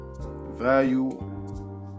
Value